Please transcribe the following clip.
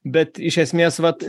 bet iš esmės vat